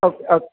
okay okay